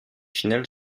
finale